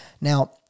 Now